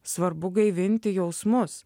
svarbu gaivinti jausmus